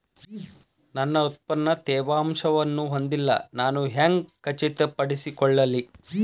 ನನ್ನ ಉತ್ಪನ್ನ ತೇವಾಂಶವನ್ನು ಹೊಂದಿಲ್ಲಾ ನಾನು ಹೆಂಗ್ ಖಚಿತಪಡಿಸಿಕೊಳ್ಳಲಿ?